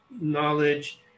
knowledge